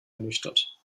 ernüchtert